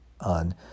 on